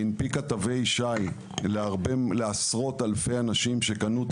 שהנפיקה תווי שי לעשרות אלפי אנשים שקנו אותם,